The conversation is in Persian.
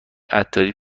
عطاری